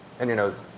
and your nose,